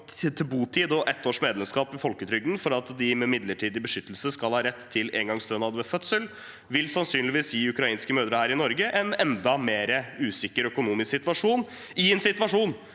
til botid og et års medlemskap i folketrygden for at de med midlertidig beskyttelse skal ha rett til engangsstønad ved fødsel, vil sannsynligvis gi ukrainske mødre i Norge en enda mer usikker økonomisk situasjon – i en situasjon